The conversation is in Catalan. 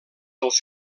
dels